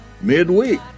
midweek